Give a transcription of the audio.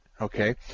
Okay